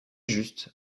juste